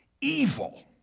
evil